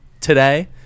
today